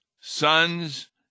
sons